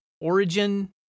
Origin